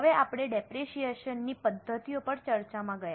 હવે આપણે ડેપરેશીયેશન ની પદ્ધતિઓ પર ચર્ચામાં ગયા